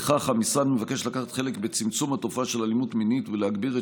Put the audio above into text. בכך המשרד מבקש לקחת חלק בצמצום התופעה של אלימות מינית ולהגביר את